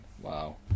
Wow